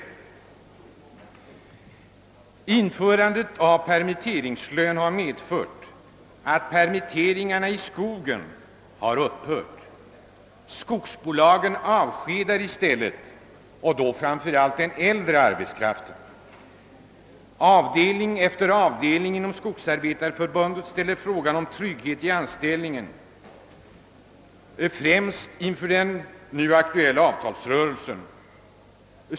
Införandet av permitteringslön har medfört, att permitteringarna i skogen har upphört. Skogsbolagen avskedar folk i stället, och då framför allt den äldre arbetskraften. Avdelning efter avdelning inom Skogsarbetareförbundet ställer inför den nu aktuella avtalsrörelsen frågan om trygghet i anställningen främst.